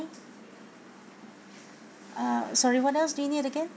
uh sorry what else do you need again